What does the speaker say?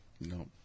No